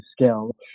scale